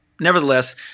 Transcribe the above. Nevertheless